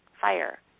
fire